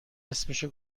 اسمشو